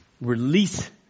release